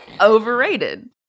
overrated